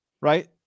right